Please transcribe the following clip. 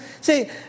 say